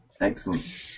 Excellent